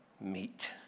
meet